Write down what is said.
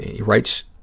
he writes,